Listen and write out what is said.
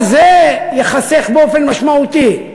גם זה ייחסך באופן משמעותי.